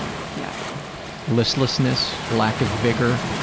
yeah listlessness, lack of vigor,